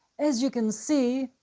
as you can see,